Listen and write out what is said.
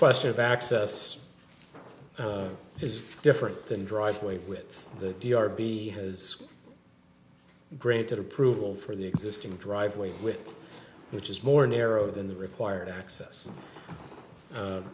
question of access is different than driveway with the d r p has granted approval for the existing driveway with which is more narrow than the required access